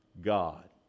God